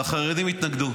והחרדים התנגדו.